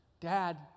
Dad